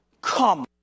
come